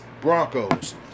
Broncos